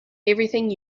everything